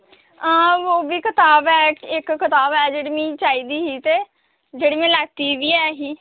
हां ओह्बी कताब ऐ इक कताब ऐ जेह्ड़ी मिगी चाहिदी ही ते जेह्ड़ी में लैती बी ऐही